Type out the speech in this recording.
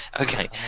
Okay